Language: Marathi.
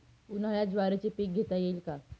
उन्हाळ्यात ज्वारीचे पीक घेता येईल का?